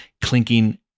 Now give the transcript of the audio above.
clinking